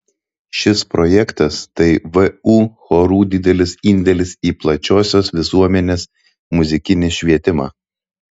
šis projektas tai vu chorų didelis indėlis į plačiosios visuomenės muzikinį švietimą